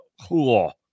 cool